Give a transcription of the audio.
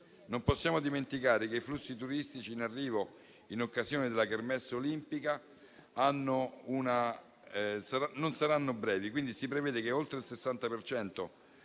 Non possiamo dimenticare che i flussi turistici in arrivo in occasione della *kermesse* olimpica non saranno brevi. Si prevede quindi che oltre il 60